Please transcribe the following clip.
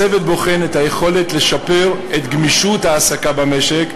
הצוות בוחן את היכולת לשפר את גמישות ההעסקה במשק,